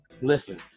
Listen